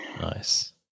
Nice